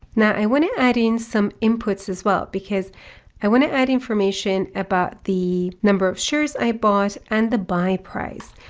now i want to add in some inputs as well because i want to add information about the number of shares i bought and the buy price.